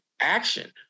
action